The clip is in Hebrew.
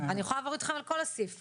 אני יכולה לעבור איתכם על כל הסעיפים.